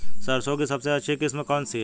सरसों की सबसे अच्छी किस्म कौन सी है?